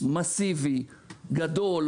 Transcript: מסיבי גדול,